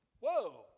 Whoa